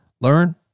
learn